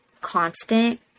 constant